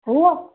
उहो